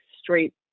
straight